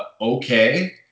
okay